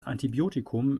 antibiotikum